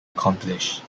accomplish